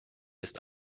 ist